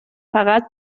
فقط